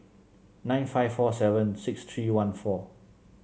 nine five four seven six three one four